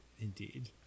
indeed